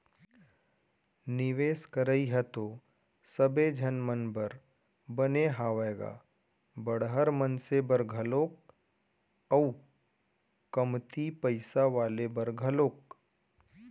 निवेस करई ह तो सबे झन मन बर बने हावय गा बड़हर मनसे बर घलोक अउ कमती पइसा वाले बर घलोक